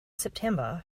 september